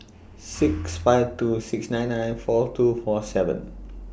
six five two six nine nine four two four seven